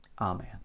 Amen